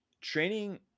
training